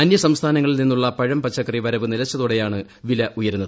അന്യ സംസ്ഥാനങ്ങളിൽ നിന്നുള്ള പഴം പച്ചക്കറി വരവ് നിലച്ചതോടെയാണ് വില ഉയരുന്നത്